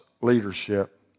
leadership